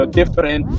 different